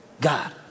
God